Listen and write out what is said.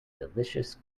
delicious